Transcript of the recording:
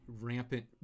rampant